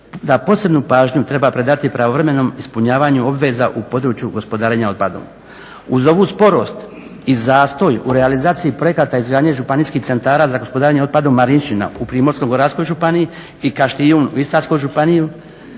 da posebnu pažnju treba predati pravovremenom ispunjavanju obveza u području gospodarenja otpadom. Uz ovu sporost i zastoj u realizaciji projekata izgradnje županijskih centara za gospodarenje otpadom Marinščina u Primorsko-goranskoj županiji i Kaštijun u Istarskoj županiji